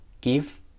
give